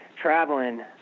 Traveling